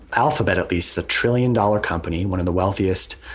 alphabet, at least a trillion dollar company. one of the wealthiest,